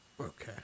Okay